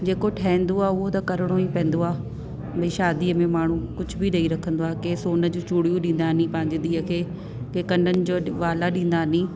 जेको ठवंदो आहे उहो त करिणो ई पवंदो आहे भई शादीअ में माण्हू कुझु बि ॾेई रखंदो आहे की सोन जो चुड़ियूं ॾींदानी पंहिंजी धीउ खे के कननि जो वाला ॾींदानी